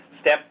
Step